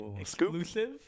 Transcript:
Exclusive